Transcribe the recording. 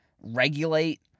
regulate